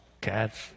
cats